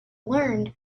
learned